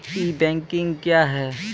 ई banking क्या हैं?